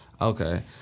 Okay